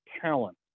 talent